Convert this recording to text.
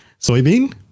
soybean